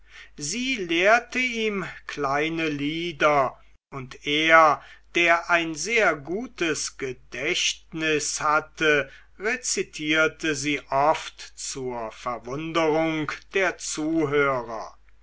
sie lehrte ihm kleine lieder und er der ein sehr gutes gedächtnis hatte rezitierte sie oft zur verwunderung der zuhörer